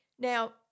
Now